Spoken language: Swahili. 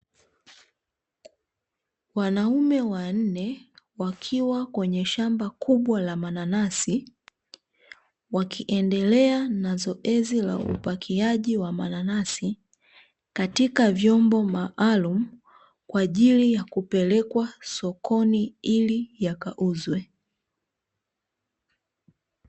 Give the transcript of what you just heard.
Wanaume wanne wakiwa kwenye shamba kubwa la mananasi, wakiendelea na zoezi la upakiaji wa mananasi, katika vyombo maalumu kwa ajili ya kupelekwa sokoni ili yakauzwe.